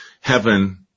heaven